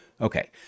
Okay